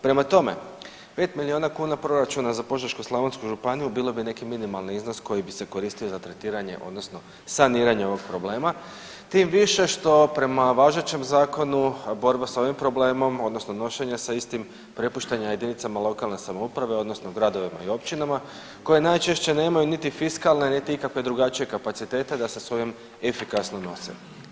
Prema tome, 5 milijuna kuna proračuna za Požeško-slavonsku županiju bilo bi neki minimalni iznos koji bi se koristio za tretiranje odnosno saniranje ovog problema, tim više što prema važećem zakonu borba sa ovim problemom, odnosno nošenje sa istim prepuštanje jedinicama lokalne samouprave, odnosno gradovima i općinama koje najčešće nemaju niti fiskalne niti ikakve drugačije kapacitete da se sa ovim efikasno nose.